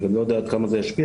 אני גם לא יודע עד כמה זה ישפיע,